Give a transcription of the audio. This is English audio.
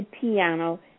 piano